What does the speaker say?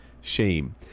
Shame